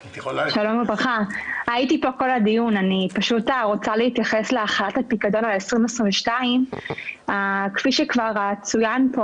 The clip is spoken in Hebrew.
אני מבקשת להתייחס להחלת הפיקדון על 2022. כפי שכבר צוין,